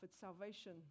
salvation